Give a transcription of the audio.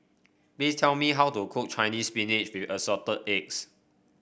please tell me how to cook Chinese Spinach with Assorted Eggs